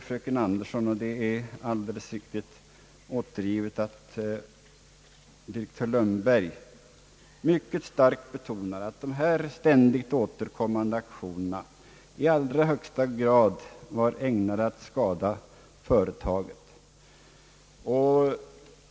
Fröken Andersson säger — och det är alldeles riktigt återgivet — att direktör Lundberg mycket starkt har betonat att dessa ständigt återkommande aktioner i allra högsta grad har varit ägnade att skada företaget.